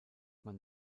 man